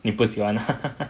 你不喜欢